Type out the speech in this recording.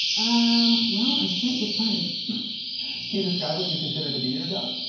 um, well i can't get fired. can you describe what you consider to be your job?